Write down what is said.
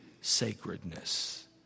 sacredness